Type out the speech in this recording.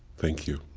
thank you